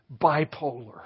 bipolar